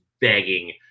begging